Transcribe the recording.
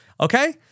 Okay